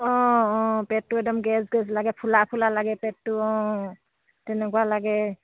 অঁ অঁ পেটটো একদম গেছ গেছ লাগে ফুলা ফুলা লাগে পেটটো অঁ তেনেকুৱা লাগে